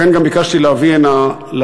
לכן גם ביקשתי להביא הנה,